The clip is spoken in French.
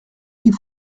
qu’il